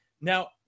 now